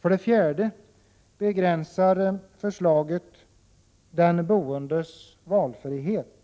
För det fjärde begränsar förslaget den boendes valfrihet.